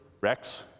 Rex